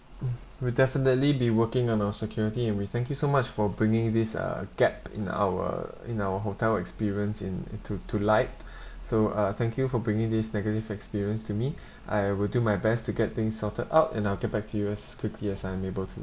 mm we'll definitely be working on our security and we thank you so much for bringing this uh gap in our in our hotel experience in into to light so uh thank you for bringing this negative experience to me I will do my best to get things sorted out and I'll get back to you as quickly as I am able to